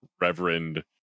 reverend